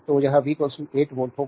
तो यह v 8 volt होगा